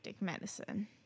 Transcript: medicine